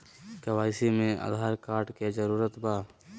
KYC में Aadhaar card के जरूरत बा?